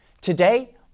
Today